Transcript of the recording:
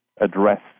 address